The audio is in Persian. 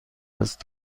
دست